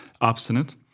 Obstinate